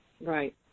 Right